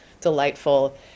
delightful